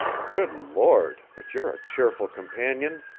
good lord, but you're a cheerful companion,